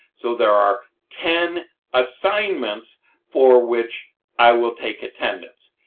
so there are ten assignments for which i will take attendance.